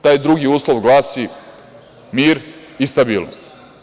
Taj drugi uslov glasi – mir i stabilnost.